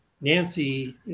Nancy